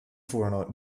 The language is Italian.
furono